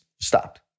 stopped